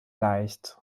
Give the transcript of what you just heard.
leicht